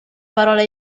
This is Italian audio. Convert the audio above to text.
parola